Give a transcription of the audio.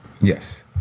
Yes